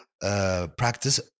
practice